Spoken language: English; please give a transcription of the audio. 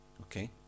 Okay